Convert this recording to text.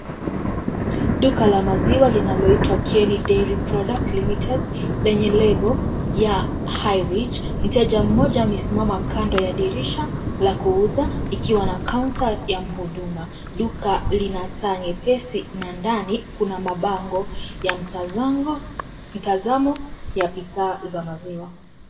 Duka la maziwa linaloitwa Kieni Dairy Products Limited yenye lebo ya High rich . Mteja mmoja amesimama kando ya dirisha la kuuza ikiwa na kaunta ya huduma. Duka Lina taa nyepesi na ndani kuna mabango ya mtazamo ya bidhaa za maziwa.